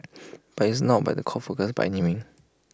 but it's not by the core focus by any mean